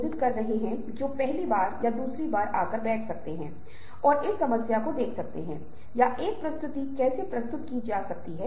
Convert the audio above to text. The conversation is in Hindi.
ध्यान रहे ये सर्वेक्षण इस बात के बारे में नहीं हैं कि आप अंग्रेजी में कितने प्रभावी ढंग से संवाद करते हैं